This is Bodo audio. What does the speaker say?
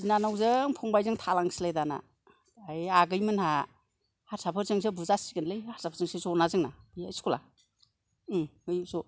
बिनानावजों फंबायजों थालांसैलाय दाना ओइ आगैमोनहा हारसाफोरजोंसो बुजासिगोनलै हारसाफोरजोंसो जना जोंना स्कुला ओम ज'